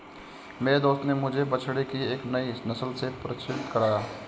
मेरे दोस्त ने मुझे बछड़े की एक नई नस्ल से परिचित कराया